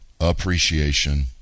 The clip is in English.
appreciation